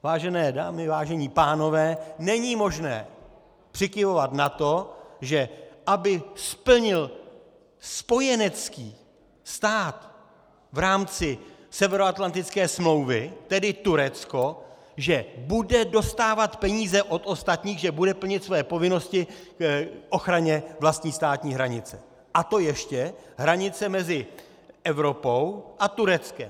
Vážené dámy, vážení pánové, není možné přikyvovat na to, že aby splnil spojenecký stát v rámci Severoatlantické smlouvy, tedy Turecko, že bude dostávat peníze od ostatních, že bude plnit své povinnosti k ochraně vlastní státní hranice, a to ještě hranice mezi Evropou a Tureckem.